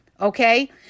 okay